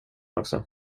också